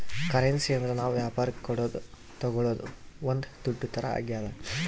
currency ಅಂದ್ರ ನಾವ್ ವ್ಯಾಪರಕ್ ಕೊಡೋದು ತಾಗೊಳೋದು ಒಂದ್ ದುಡ್ಡು ತರ ಆಗ್ಯಾದ